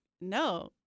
no